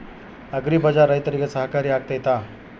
Agri Bazaar ರೈತರಿಗೆ ಸಹಕಾರಿ ಆಗ್ತೈತಾ?